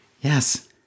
Yes